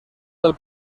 del